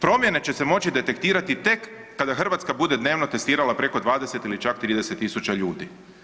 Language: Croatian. Promjene će se moći detektirati tek kada Hrvatska bude dnevno testirala preko 20 ili čak 30 tisuća ljudi.